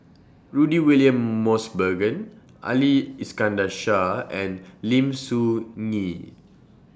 Rudy William Mosbergen Ali Iskandar Shah and Lim Soo Ngee